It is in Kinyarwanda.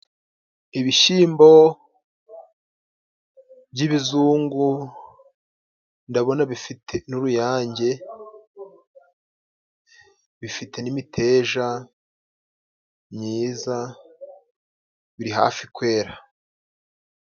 Ibishyimbo by'ibizungu, ndabona bifite n'uruyange, bifite n'imiteja myiza biri hafi kwera.